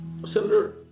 Senator